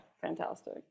fantastic